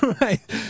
Right